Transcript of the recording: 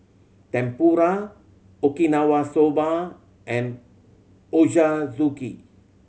Tempura Okinawa Soba and Ochazuke